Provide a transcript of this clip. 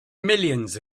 millions